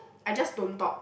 I just don't talk